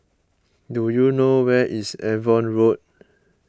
do you know where is Avon Road